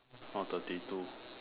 or thirty two